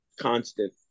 constant